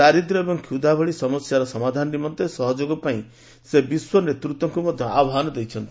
ଦାରିଦ୍ର୍ୟ ଏବଂ କ୍ଷୁଧା ଭଳି ସମସ୍ୟାର ସମାଧାନ ନିମନ୍ତେ ସହଯୋଗ ପାଇଁ ସେ ବିଶ୍ୱ ନେତୃତ୍ୱଙ୍କୁ ମଧ୍ୟ ଆହ୍ନାନ କରିଛନ୍ତି